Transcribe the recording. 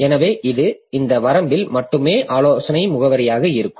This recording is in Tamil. எனவே இது இந்த வரம்பில் மட்டுமே ஆலோசனை முகவரியாக இருக்கும்